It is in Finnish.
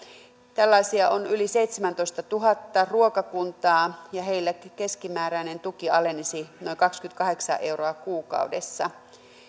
tällaisia on yli seitsemäntoistatuhatta ruokakuntaa ja heillä keskimääräinen tuki alenisi noin kaksikymmentäkahdeksan euroa kuukaudessa